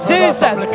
Jesus